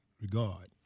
regard